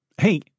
Hey